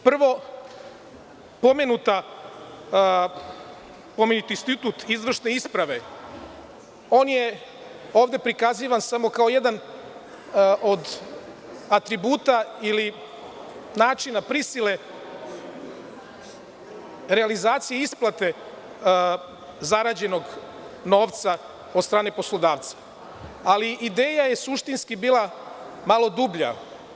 Prvo, pomenuti institut izvršne isprave, on je ovde prikazivan samo kako jedan od atributa ili načina prisile realizacije isplate zarađenog novca od strane poslodavca, ali ideja je suštinski bila malo dublja.